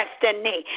Destiny